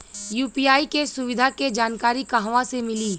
UPI के सुविधा के जानकारी कहवा से मिली?